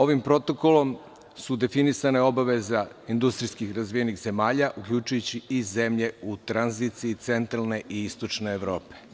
Ovim protokolom su definisane obaveze industrijski razvijenih zemalja, uključujući i zemlje u tranziciji centralne i istočne Evrope.